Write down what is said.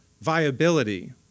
viability